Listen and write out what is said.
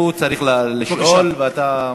הוא צריך לשאול ואתה,